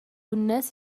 الناس